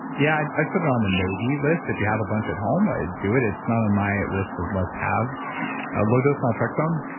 yeah i'd i'd put it on the maybe list. if you have a bunch at home, do it. it's not on my list of must-haves ah low dose naltrexone?